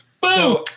Boom